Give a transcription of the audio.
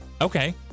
okay